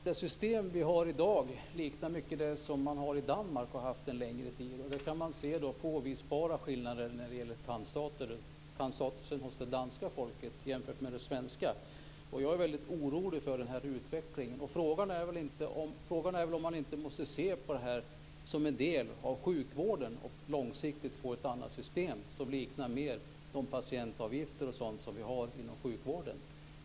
Herr talman! Det system som vi har i dag liknar mycket det som man har haft under en längre tid i Danmark, och man kan se påvisbara skillnader i tandstatus mellan det danska och det svenska folket. Jag är väldigt orolig för utvecklingen på detta område. Frågan är väl om man inte måste se detta som en del av sjukvården och långsiktigt få ett annat system, som mer liknar den konstruktion med patientavgifter som vi har inom sjukvården.